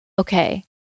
okay